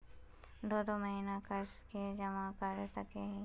दो दो महीना कर के जमा कर सके हिये?